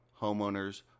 homeowners